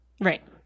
Right